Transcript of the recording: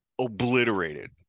obliterated